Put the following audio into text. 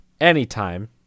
anytime